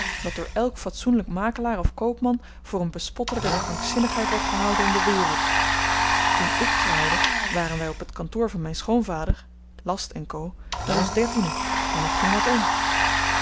wat door elk fatsoenlyk makelaar of koopman voor een bespottelyke krankzinnigheid wordt gehouden in de wereld toen ik trouwde waren wy op t kantoor van myn schoonvader last co met ons dertienen en er ging wat om